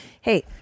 hey